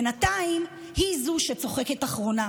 בינתיים היא זו שצוחקת אחרונה,